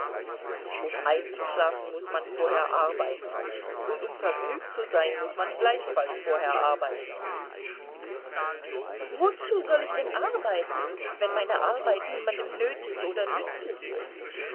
um einzuschlafen muß man vorher arbeiten und um vergnügt zu sein muß man gleichfalls vorher arbeiten wozu soll ich denn arbeiten wenn meine arbeit niemandem nötig oder nützlich ist